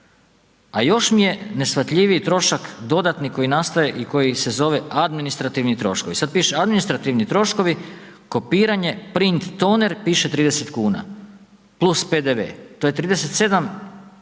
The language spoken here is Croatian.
A još mi je neshvatljiviji trošak dodatni koji nastaje i koji se zove administrativni troškovi, sad piše administrativni troškovi kopiranje, print, toner piše 30,00 kn + PDV, to je 37,50